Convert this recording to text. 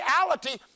reality